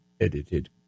edited